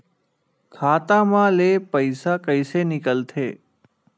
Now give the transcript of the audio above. खाता मा ले पईसा कइसे निकल थे?